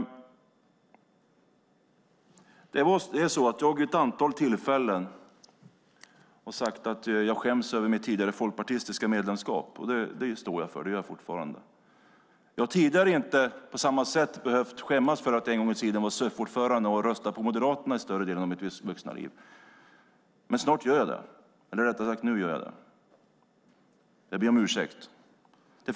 Jag har vid ett antal tillfällen sagt att jag skäms över mitt tidigare folkpartistiska medlemskap, och det står jag för - det gör jag fortfarande. Jag har tidigare inte på samma sätt behövt skämmas för att jag en gång i tiden var CUF-ordförande och har röstat på Moderaterna större delen av mitt vuxna liv, men nu gör jag det. Jag ber om ursäkt.